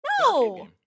no